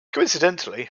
coincidentally